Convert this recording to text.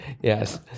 yes